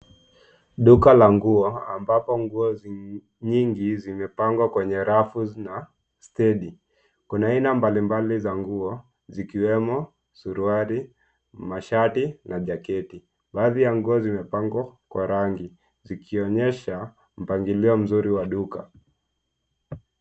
Duka la nguo ambapo nguo nyingi zimepangwa kwenye rafu na stendi. Kuna aina mbalimbali za nguo zikiwemo suruali, mashati na jaketi. Baadhi ya nguo zimepangwa kwa rangi zikionyesha mpangilio mzuri wa duka.